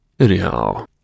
Anyhow